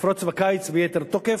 תפרוץ בקיץ ביתר תוקף,